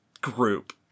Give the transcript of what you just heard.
group